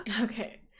okay